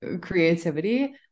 creativity